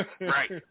Right